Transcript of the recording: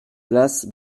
place